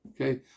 Okay